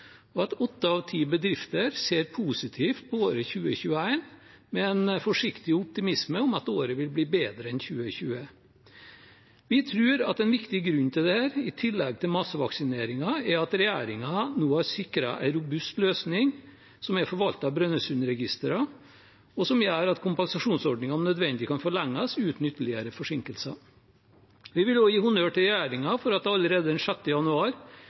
og at åtte av ti bedrifter ser positivt på året 2021, med en forsiktig optimisme om at året vil bli bedre enn 2020. Vi tror at en viktig grunn til det, i tillegg til massevaksineringen, er at regjeringen nå har sikret en robust løsning som er forvaltet av Brønnøysundregistrene, og som gjør at kompensasjonsordningen om nødvendig kan forlenges uten ytterligere forsinkelser. Vi vil også gi honnør til regjeringen for at det allerede den 6. januar